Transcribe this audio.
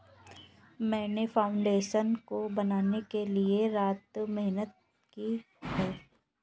मैंने फाउंडेशन को बनाने के लिए दिन रात मेहनत की है